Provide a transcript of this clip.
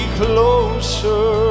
closer